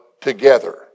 together